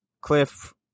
Cliff